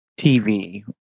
TV